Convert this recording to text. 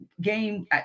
game